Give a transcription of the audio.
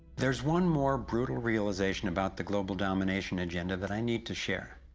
there's one more brutal realisation about the global domination agenda, that i need to share.